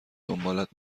دنبالت